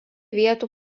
vietų